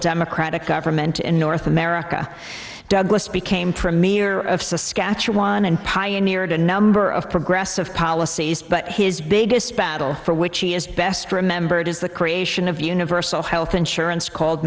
democratic government in north america douglas became premier of cisco natural one and pioneered a number of progressive policies but his biggest battle for which he is best remembered is the creation of universal health insurance called